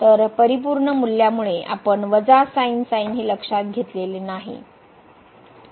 तर परिपूर्ण मूल्यामुळे आपण हे लक्षात घेतलेले नाही